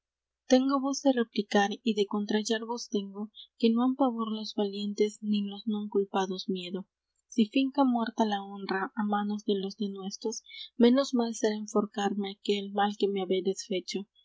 téngovos de replicar y de contrallarvos tengo que no han pavor los valientes ni los non culpados miedo si finca muerta la honra á manos de los denuestos menos mal será enforcarme que el mal que me habedes fecho